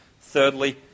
Thirdly